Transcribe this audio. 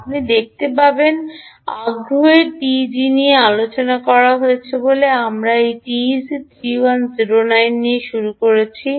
আপনি দেখতে পাবেন আগ্রহের টিইজি নিয়ে আলোচনা করা হয়েছে বলে আমরা এই আইটিসি 3109 দিয়ে শুরু করেছি